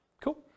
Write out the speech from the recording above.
Cool